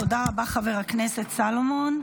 תודה רבה, חבר הכנסת סולומון.